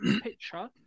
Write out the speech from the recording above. picture